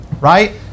right